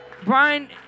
Brian